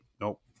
nope